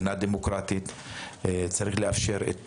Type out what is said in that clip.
מדינה דמוקרטית, וצריך לאפשר את